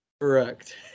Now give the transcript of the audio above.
Correct